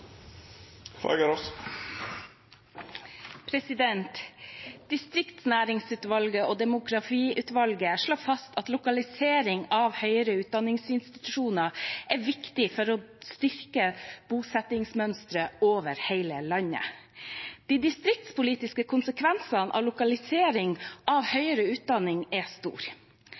Distriktsnæringsutvalget og demografiutvalget slår fast at lokalisering av høyere utdanningsinstitusjoner er viktig for å styrke bosettingsmønsteret over hele landet. De distriktspolitiske konsekvensene av lokalisering av høyere utdanning er store.